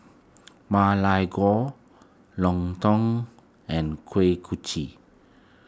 Ma Lai Gao Lontong and Kuih Kochi